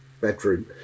bedroom